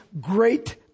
great